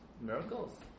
Miracles